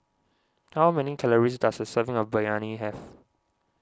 how many calories does a serving of Biryani have